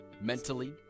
mentally